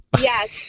Yes